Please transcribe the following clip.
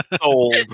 Old